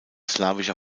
slawischer